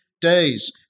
days